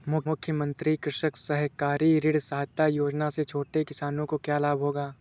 मुख्यमंत्री कृषक सहकारी ऋण सहायता योजना से छोटे किसानों को क्या लाभ होगा?